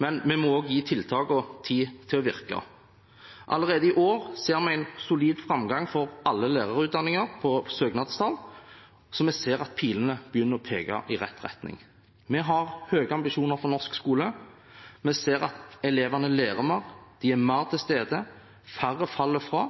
men vi må også gi tiltakene tid til å virke. Allerede i år ser vi en solid framgang i søknadstallene for alle lærerutdanninger, så vi ser at pilene begynner å peke i rett retning. Vi har høye ambisjoner for norsk skole. Vi ser at elevene lærer mer, de er mer til stede, og færre faller fra.